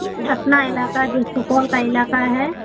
اپنا علاکہ جو سپول کا علاکہ ہے